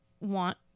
want